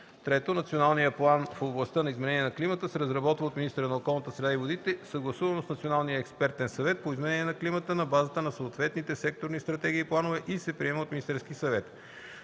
(3) Националният план за действие в областта на изменение на климата се разработва от министъра на околната среда и водите съгласувано с Националния експертен съвет по изменение на климата на базата на съответните секторни стратегии и планове и се приема от Министерския съвет.